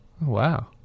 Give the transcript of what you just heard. Wow